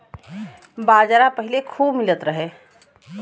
बाजरा पहिले खूबे मिलत रहे